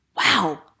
Wow